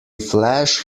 flash